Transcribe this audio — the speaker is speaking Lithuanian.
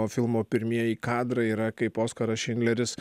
filmo pirmieji kadrai yra kaip oskaras šindleris